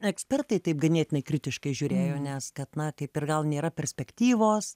ekspertai taip ganėtinai kritiškai žiūrėjo nes kad na kaip ir gal nėra perspektyvos